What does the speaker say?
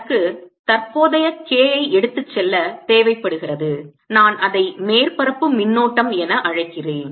எனக்கு தற்போதைய K ஐ எடுத்துச் செல்ல தேவைப்படுகிறது நான் அதை மேற்பரப்பு மின்னோட்டம் என அழைக்கிறேன்